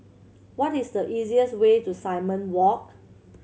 what is the easiest way to Simon Walk